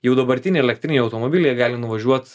jau dabartiniai elektriniai automobiliai jie gali nuvažiuot